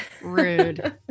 Rude